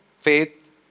faith